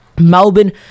Melbourne